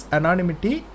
anonymity